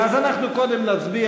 אנחנו קודם נצביע,